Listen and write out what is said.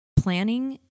planning